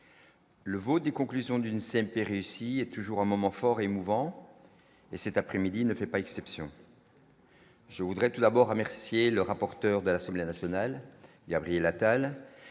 le vote des conclusions d'une CMP réussi est toujours un moment fort, émouvant, mais cet après-midi ne fait pas exception. Je voudrais tout d'abord à Mercier et le rapporteur de l'Assemblée nationale, il y